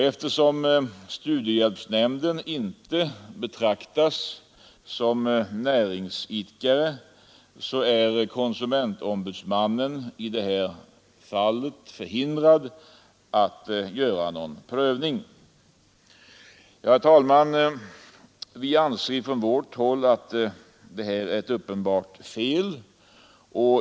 Eftersom studiehjälpsnämnden inte betraktas som näringsidkare är konsumentombudsmannen förhindrad att pröva fallet. Herr talman! Vi anser från vårt håll att detta är ett uppenbart fel.